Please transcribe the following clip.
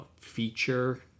feature